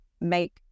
make